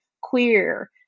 queer